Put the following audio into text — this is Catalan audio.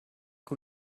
que